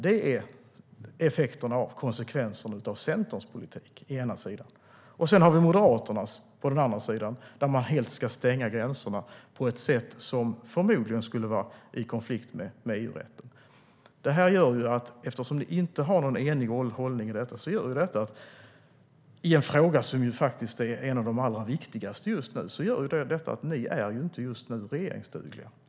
Det är konsekvensen av Centerns politik. På andra kanten har vi Moderaterna, som vill stänga gränserna helt på ett sätt som förmodligen är i konflikt med EU-rätten. Eftersom ni inte har någon enig hållning i en av de viktigaste frågorna just nu är ni inte regeringsdugliga.